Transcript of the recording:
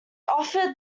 offered